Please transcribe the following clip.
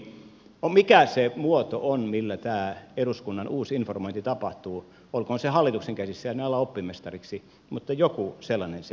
mikä se muoto on millä tämä eduskunnan uusi informointi tapahtuu olkoon se hallituksen käsissä en ala oppimestariksi mutta joku sellainen sen pitäisi olla